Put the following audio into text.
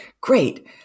great